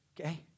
Okay